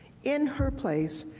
in her place,